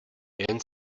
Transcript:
jen